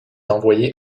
envoyé